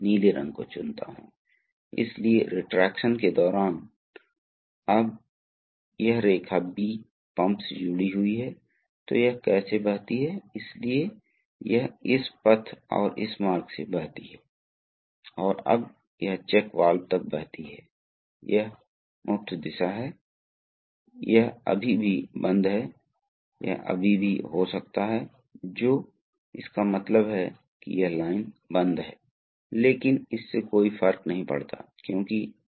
यह तीसरे प्रकार का पंप है जिसे वेन पंप कहा जाता है यहां क्या हो रहा है आप देखते हैं कि यह बाहरी आवरण है यह वह पोर्ट है जिसके माध्यम से तरल पदार्थ निकल रहा है और यह वह पोर्ट है जिसके माध्यम से तरल पदार्थ चूसा जा रहा है इसलिए आप समझ सकते हैं ये वेन है जो स्प्रिंग लोडेड है वास्तव में यह नहीं दिखाया गया है इसलिए यह आवरण के खिलाफ दबाया जाता है यहां एक स्प्रिंग है आवरण के खिलाफ दबाया जाता है तो क्या हो रहा है आप फिर से यहाँ देख सकते हैं कि यहाँ पे ये इस रूप में चलती है जिसे हमेशा आवरण के खिलाफ दबाया जाता है